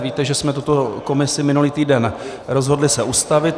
Víte, že jsme se tuto komisi minulý týden rozhodli ustavit.